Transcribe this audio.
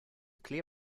clear